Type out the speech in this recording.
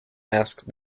asked